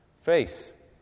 face